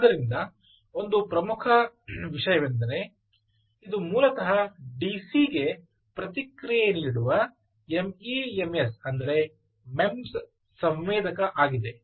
ಆದ್ದರಿಂದ ಒಂದು ಪ್ರಮುಖ ವಿಷಯವೆಂದರೆ ಇದು ಮೂಲತಃ ಡಿಸಿಗೆ ಪ್ರತಿಕ್ರಿಯೆ ನೀಡುವ ಎಂಇಎಂಎಸ್ ಸಂವೇದಕ ಆಗಿದೆ